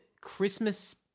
Christmas